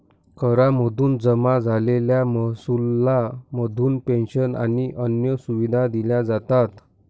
करा मधून जमा झालेल्या महसुला मधून पेंशन आणि अन्य सुविधा दिल्या जातात